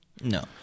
No